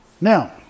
Now